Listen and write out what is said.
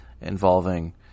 involving